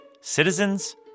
citizens